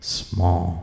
small